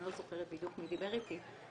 אני לא זוכרת בדיוק מי דיבר איתי,